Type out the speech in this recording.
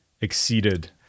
exceeded